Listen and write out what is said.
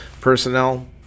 personnel